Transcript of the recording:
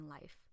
life